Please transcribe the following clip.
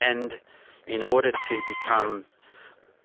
and in order to become